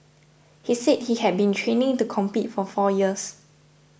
he said he had been training to compete for four years